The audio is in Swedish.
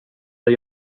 dig